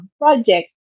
project